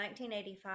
1985